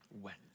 went